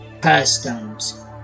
customs